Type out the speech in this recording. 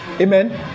Amen